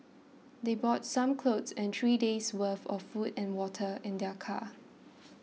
they brought some clothes and three days' worthy of food and water in their car